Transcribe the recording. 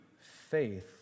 faith